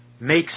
makes